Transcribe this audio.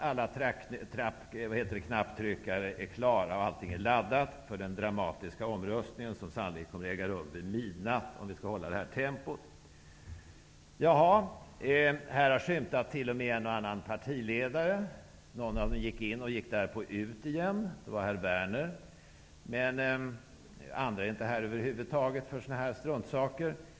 Alla knapptryckare är klara. Allt är laddat för den dramatiska omröstningen, som sannolikt kommer att äga rum vid midnatt, om vi håller det här tempot. Här har t.o.m. skymtat en och annan partiledare. En av dem gick in och därpå ut igen -- det var herr Werner. Andra är inte här över huvud taget för sådana här struntsaker.